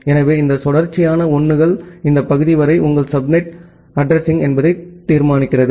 எனவே இந்த சில தொடர்ச்சியான 1 கள் இந்த பகுதி வரை உங்கள் சப்நெட் அட்ரஸிங்என்பதை தீர்மானிக்கிறது